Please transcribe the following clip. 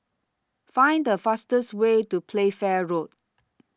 Find The fastest Way to Playfair Road